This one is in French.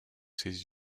ses